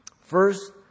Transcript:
First